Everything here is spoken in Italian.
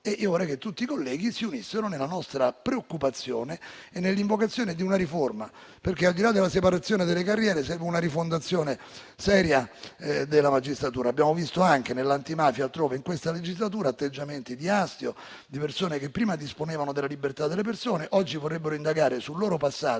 Vorrei che tutti i colleghi si unissero alla nostra preoccupazione e all'invocazione di una riforma perché, al di là della separazione delle carriere, serve una rifondazione seria della magistratura. Abbiamo visto in questa legislatura, anche in Commissione antimafia e altrove, atteggiamenti di astio di persone che prima disponevano della libertà delle persone e che oggi vorrebbero indagare sul loro passato